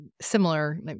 similar